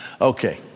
Okay